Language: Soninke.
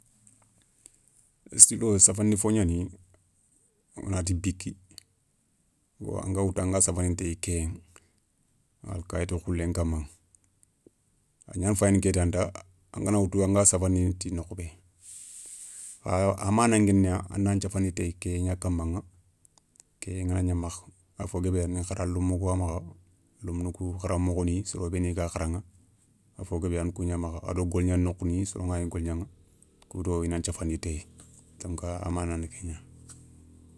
Istylo safandi fo gnani wonati bikki yo anga woutou anga safandini téyi kéyéηa ma kayiti khoulén kama a gnana fayini ké tanta, angana woutou anga safandini ti nokhou bé, a mana ké ni ya a na safandi téye kéyé gna kammaηa. kéyé nganagna makha a fo guébé a ni kharalémou kouwa makha lémounou kou, kharamokho ni soro béni ga kharaηa, a fo guébé a na kou gna makha a do golgna nokhouni, soro nganagni golgnaηa kou do i nan thiafandi téye donka a manani kégna.